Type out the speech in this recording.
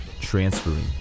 transferring